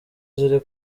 ziri